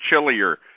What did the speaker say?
chillier